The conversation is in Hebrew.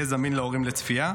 יהיה זמין להורים לצפייה.